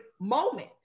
moment